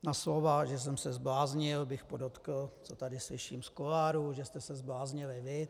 Na slova, že jsem se zbláznil, bych podotkl, to tady slyším z kuloárů, že jste se zbláznili vy.